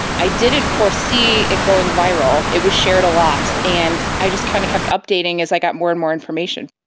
i didn't foresee it going viral. it was shared a lot, and i just kind of kept updating as i got more and more information.